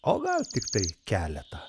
o gal tiktai keletą